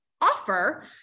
offer